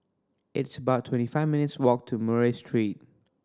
it's about twenty five minutes' walk to Murray Street